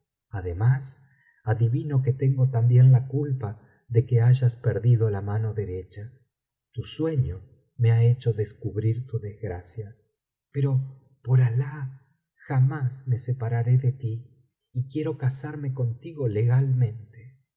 además adivino que tengo también la culpa de que hayas perdido la mano derecha tu sueño me ha hecho descubrir tu desgracia pero por alah jamás me separaré de ti y quiero casarme contigo legalmente